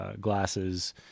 glasses